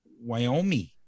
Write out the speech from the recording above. Wyoming